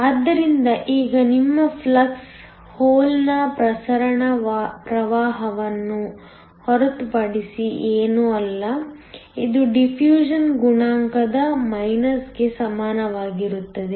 ಆದ್ದರಿಂದ ಈಗ ನಿಮ್ಮ ಫ್ಲಕ್ಸ್ ಹೋಲ್ನ ಪ್ರಸರಣ ಪ್ರವಾಹವನ್ನು ಹೊರತುಪಡಿಸಿ ಏನೂ ಅಲ್ಲ ಇದು ಡಿಫ್ಯೂಷನ್ ಗುಣಾಂಕದ ಮೈನಸ್ಗೆ ಸಮಾನವಾಗಿರುತ್ತದೆ